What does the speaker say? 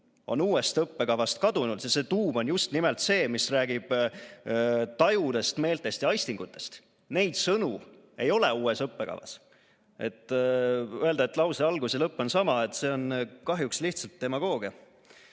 on uuest õppekavast kadunud. Ja see tuum on just nimelt see, mis räägib tajudest, meeltest ja aistingutest. Neid sõnu ei ole uues õppekavas. Öelda, et lause algus ja lõpp on sama, see on kahjuks lihtsalt demagoogia.